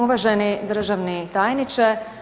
Uvaženi državni tajniče.